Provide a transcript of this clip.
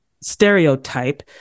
stereotype